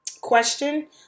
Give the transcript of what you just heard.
question